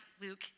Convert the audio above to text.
Luke